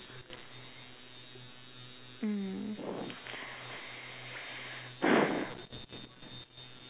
mm